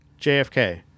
JFK